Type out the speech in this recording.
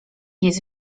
jest